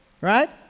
Right